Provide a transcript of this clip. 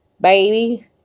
baby